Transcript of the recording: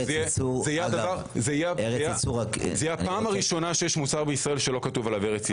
זה יהיה פעם ראשונה בישראל שיהיה מוצר בישראל שלא כתוב עליו ארץ ייצור.